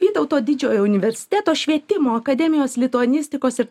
vytauto didžiojo universiteto švietimo akademijos lituanistikos ir